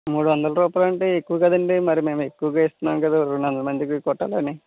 మూడు వందల రూపాయలు అంటే ఎక్కువ కదా అండి మరి మేము ఎక్కువగా ఇస్తున్నాము కదా రెండు వందల మందికి కుట్టాలి అని